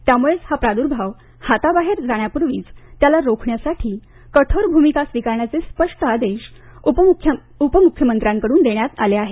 त्यामुळंच हा प्रादुर्भाव हाताबाहेर जाण्यापूर्वीच त्याला रोखण्यासाठी कठोर भूमिका स्वीकारण्याचे स्पष्ट आदेश उपमुख्यमंत्र्यांकडून देण्यात आले आहेत